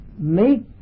make